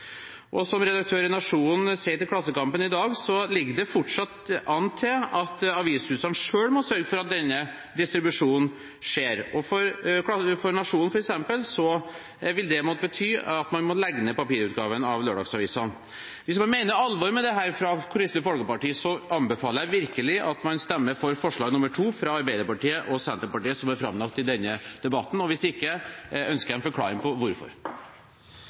ordning? Som redaktøren i Nationen sier til Klassekampen i dag, ligger det «fortsatt an til at avishusene selv må sørge for» at denne distribusjonen skjer. For Nationen, f.eks., vil dette måtte bety at man må legge ned papirutgaven av lørdagsavisene. Hvis man mener alvor med dette fra Kristelig Folkepartis side, anbefaler jeg virkelig at man stemmer for forslag nr. 2, fra Arbeiderpartiet og Senterpartiet, som er framlagt i denne debatten. Hvis ikke ønsker jeg en forklaring på hvorfor.